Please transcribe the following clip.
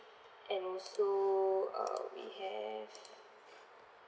and also uh we have